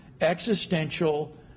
existential